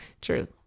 true